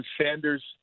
Sanders